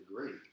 great